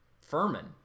Furman